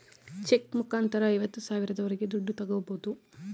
check ಮುಖಾಂತರ ಐವತ್ತು ಸಾವಿರದವರೆಗೆ ದುಡ್ಡು ತಾಗೋಬೋದು